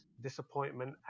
disappointment